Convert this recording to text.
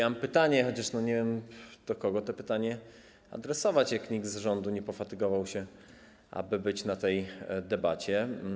Mam pytanie, chociaż nie wiem, do kogo to pytanie adresować, bo nikt z rządu nie pofatygował się, aby być na tej debacie.